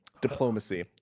Diplomacy